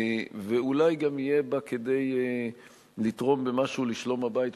ואולי גם יהיה בה כדי לתרום במשהו לשלום הבית,